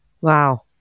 Wow